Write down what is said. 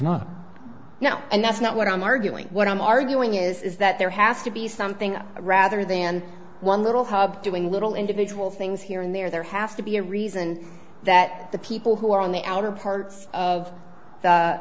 not now and that's not what i'm arguing what i'm arguing is that there has to be something rather than one little hub doing little individual things here and there there has to be a reason that the people who are on the outer parts of the